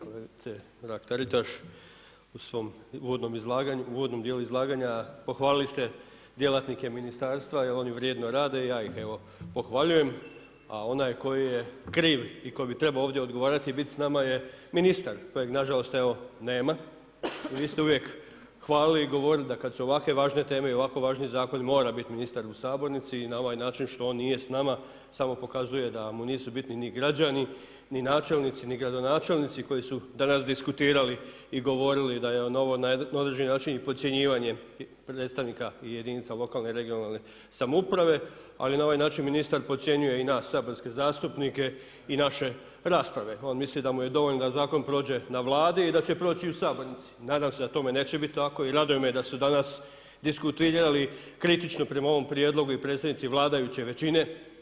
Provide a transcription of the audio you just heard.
Kolegice Mrak-Taritaš, u svom uvodnom djelu izlaganja pohvalili ste djelatnike ministarstva i oni vrijedno rade ih evo pohvaljujem a onaj koji je krov i tko bi trebao ovdje odgovarati i biti s nama je ministar kojeg nažalost nema, i vi ste uvijek hvalili i govorili da kad su ovakve važne teme i ovako važni zakoni, mora biti ministar u sabornici i na ovaj način što on nije s nama, samo pokazuje da mu nisu bitni ni građani ni načelnici ni gradonačelnici koji su danas diskutirali i govorili da je na određeni način i podcjenjivanje predstavnika i jedinica lokalne i regionalne samouprave ali na ovaj način ministar podcjenjuje i nas saborske zastupnike i naše rasprave, on misli da mu je dovoljno da zakon prođe na Vladi i da će proći u sabornici, nadama se da tome neće tako i raduje me da su danas diskutirali kritično prema ovom prijedlogu i predstavnici vladajuće većine.